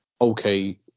okay